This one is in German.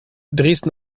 dresden